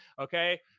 Okay